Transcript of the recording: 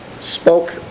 spoke